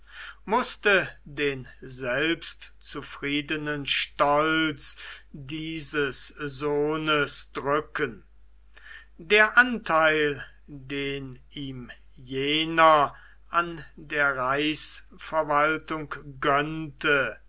mußte den selbst zufriedenen stolz dieses sohnes drücken der antheil den ihm jener an der reichsverwaltung gönnte